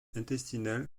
intestinale